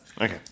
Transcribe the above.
okay